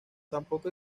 tampoco